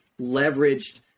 leveraged